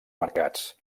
mercats